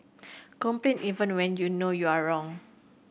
complain even when you know you are wrong